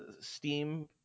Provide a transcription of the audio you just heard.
Steam